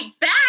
back